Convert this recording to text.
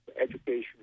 education